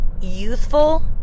youthful